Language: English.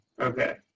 Okay